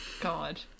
God